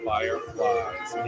Fireflies